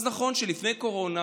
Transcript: אז נכון שלפני הקורונה